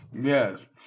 Yes